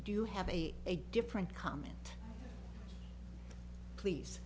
do you have a different comment please